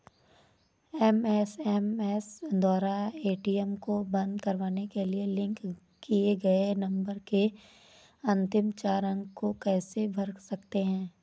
हम एस.एम.एस द्वारा ए.टी.एम को बंद करवाने के लिए लिंक किए गए नंबर के अंतिम चार अंक को कैसे भर सकते हैं?